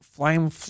Flame